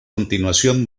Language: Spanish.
continuación